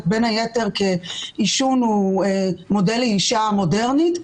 בין היתר כעישון הוא מודל לאישה מודרנית,